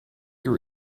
your